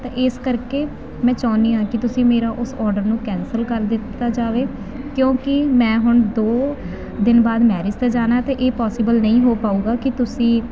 ਤਾਂ ਇਸ ਕਰਕੇ ਮੈਂ ਚਾਹੁੰਦੀ ਹਾਂ ਕਿ ਤੁਸੀਂ ਮੇਰਾ ਉਸ ਓਰਡਰ ਨੂੰ ਕੈਂਸਲ ਕਰ ਦਿੱਤਾ ਜਾਵੇ ਕਿਉਂਕਿ ਮੈਂ ਹੁਣ ਦੋ ਦਿਨ ਬਾਅਦ ਮੈਰਿਜ 'ਤੇ ਜਾਣਾ ਅਤੇ ਇਹ ਪੋਸੀਬਲ ਨਹੀਂ ਹੋ ਪਾਊਗਾ ਕਿ ਤੁਸੀਂ